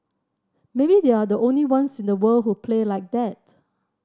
maybe they're the only ones in the world who play like that